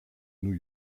new